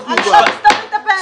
אתה לא תסתום לי את הפה.